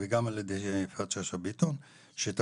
וגם על ידי שרת החינוך יפעת שאשא ביטון וההצעה הייתה